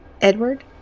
Edward